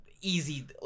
easy